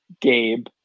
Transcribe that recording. Gabe